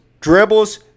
dribbles